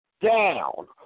down